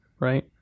Right